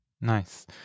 Nice